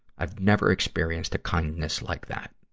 i've never experienced kindness like that.